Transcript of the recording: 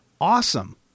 awesome